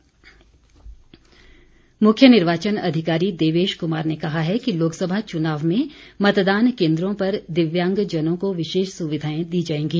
दिव्यांग मुख्य निर्वाचन अधिकारी देवेश कुमार ने कहा है कि लोकसभा चुनाव में मतदान केन्द्रों पर दिव्यांगजनों को विशेष सुविधाएं दी जाएंगी